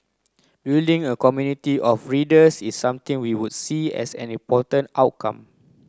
building a community of readers is something we would see as an important outcome